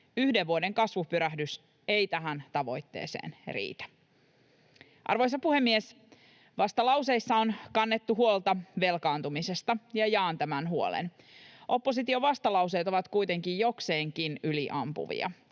Yhden vuoden kasvupyrähdys ei tähän tavoitteeseen riitä. Arvoisa puhemies! Vastalauseissa on kannettu huolta velkaantumisesta, ja jaan tämän huolen. Opposition vastalauseet ovat kuitenkin jokseenkin yliampuvia.